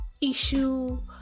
issue